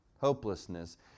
hopelessness